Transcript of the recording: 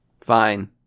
Fine